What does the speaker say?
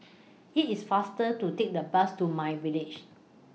IT IS faster to Take The Bus to My Village